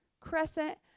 crescent